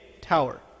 tower